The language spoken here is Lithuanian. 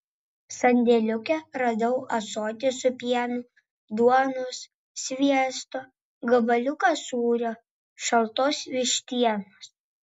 sandėliuke radau ąsotį su pienu duonos sviesto gabaliuką sūrio šaltos vištienos